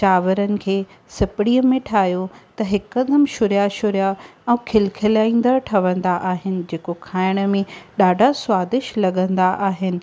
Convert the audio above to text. चांवरनि खे सिपिरीअ में ठाहियो त हिकदमि शुर्या शुर्या ऐं खिलखिलाईंदा ठहंदा आहिनि जेको खाइण में ॾाढा स्वादिष्ट लगंदा आहिनि